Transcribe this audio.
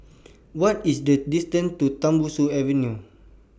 What IS The distance to Tembusu Avenue